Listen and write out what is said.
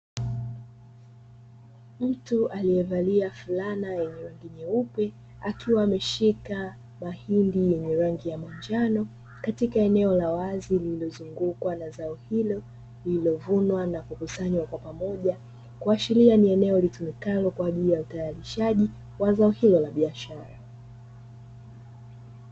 Mtu aliye valia fulana ya rangi nyeupe akiwa ameshika mahindi yenye rangi ya manjano katika eneo la wazi lililo zungukwa na zao hilo, lililo vunwa na kukusanywa pamoja na kuashilia ni eneo litumikalo kwa ajili ya utayarishaji wa zao hilo la biashara.